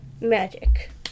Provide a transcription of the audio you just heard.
Magic